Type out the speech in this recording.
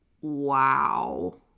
Wow